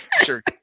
Sure